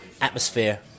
atmosphere